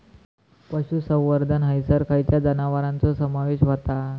पशुसंवर्धन हैसर खैयच्या जनावरांचो समावेश व्हता?